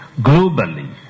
Globally